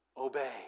obey